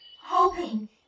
hoping